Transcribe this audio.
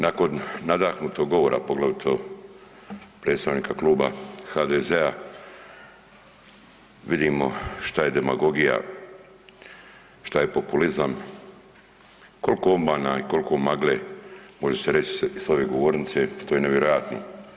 Nakon nadahnutog govora poglavito predstavnika Kluba HDZ-a vidimo šta je demagogija, šta je populizam, koliko obmana i koliko magle može se reći sa ove govornice pa to je nevjerojatno.